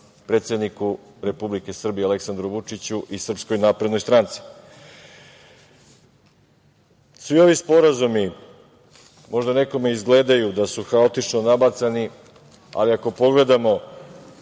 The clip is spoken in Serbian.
predsedniku Republike Srbije Aleksandru Vučiću i SNS.Svi ovi sporazumi možda nekome izgledaju da su haotično nabacani, ali ako pogledamo